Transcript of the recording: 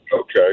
Okay